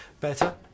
Better